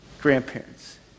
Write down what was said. grandparents